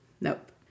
Nope